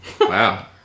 Wow